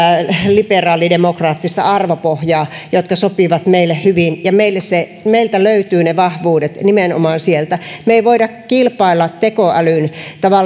liberaalidemokraattista arvopohjaa jotka sopivat meille hyvin ja meiltä löytyvät ne vahvuudet nimenomaan sieltä me emme voi kilpailla teko älyn